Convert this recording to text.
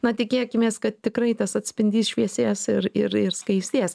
na tikėkimės kad tikrai tas atspindys šviesės ir ir ir skaistės